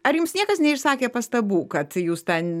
ar jums niekas neišsakė pastabų kad jūs ten